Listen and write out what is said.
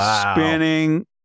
spinning